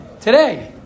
Today